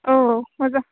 औ औ मजा